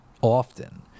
often